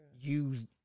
use